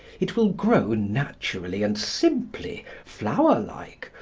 it will grow naturally and simply, flowerlike,